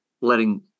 letting